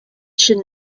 should